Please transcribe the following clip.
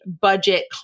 budget